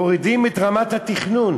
מורידים את רמת התכנון.